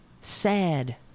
Sad